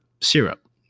syrup